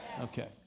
Okay